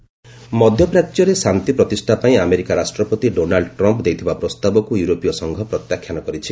EU Trump ମଧ୍ୟ ପ୍ରାଚ୍ୟରେ ଶାନ୍ତି ପ୍ରତିଷ୍ଠା ପାଇଁ ଆମେରିକା ରାଷ୍ଟ୍ରପତି ଡୋନାଲ୍ଡ୍ ଟ୍ରମ୍ପ୍ ଦେଇଥିବା ପ୍ରସ୍ତାବକୁ ୟୁରୋପୀୟ ସଂଘ ପ୍ରତ୍ୟାଖ୍ୟାନ କରିଛି